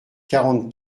quarante